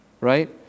Right